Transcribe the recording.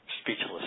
speechless